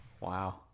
Wow